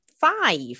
five